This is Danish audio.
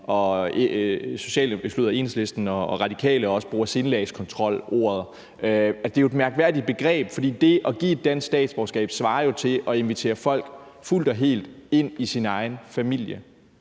og Radikale også bruger, altså ordet sindelagskontrol. Det er et mærkværdigt begreb, for det at give et dansk statsborgerskab svarer jo til at invitere folk fuldt og helt ind i sin egen familie,